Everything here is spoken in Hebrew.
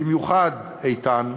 במיוחד, איתן.